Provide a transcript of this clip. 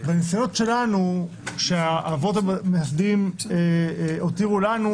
הניסיונות שהאבות המייסדים הותירו לנו,